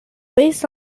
based